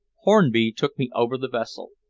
hornby took me over the vessel.